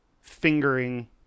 fingering